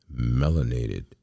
melanated